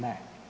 Ne.